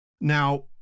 Now